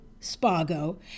Spago